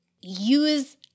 use